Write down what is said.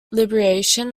liberation